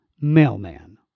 Mailman